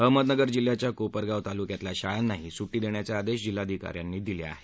अहमदनगर जिल्ह्याच्या कोपरगाव तालुक्यातल्या शाळांनाही सुटी देण्याचे आदेश जिल्हाधिकारी राहुल द्विवेदी यांनी दिले आहेत